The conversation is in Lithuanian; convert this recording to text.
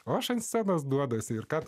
o aš ant savęs duodasi ir ką